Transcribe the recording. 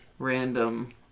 Random